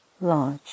large